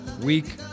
week